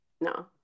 no